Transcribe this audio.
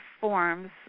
forms